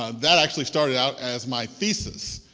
ah that actually started out as my thesis.